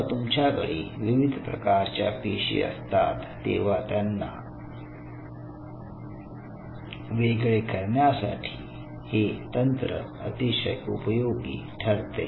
जेव्हा तुमच्याकडे विविध प्रकारच्या पेशी असतात तेव्हा त्यांना वेगळे करण्यासाठी हे तंत्र अतिशय उपयोगी ठरते